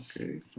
Okay